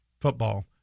football